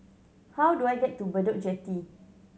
how do I get to Bedok Jetty